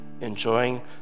enjoying